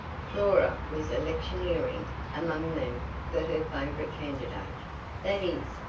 flora was electioneering among them for her favorite candidate that is,